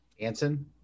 Anson